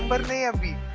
but navy